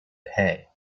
pay